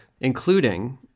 including